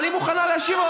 אבל היא מוכנה להשיב.